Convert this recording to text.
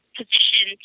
position